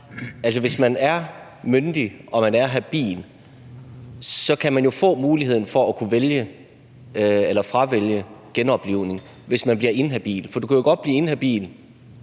at hvis man er myndig og man er habil, så kan man jo få muligheden for at kunne vælge eller fravælge genoplivning, hvis man bliver inhabil. For du kan jo godt blive inhabil,